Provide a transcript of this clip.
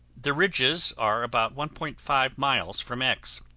the ridges are about one point five miles from x.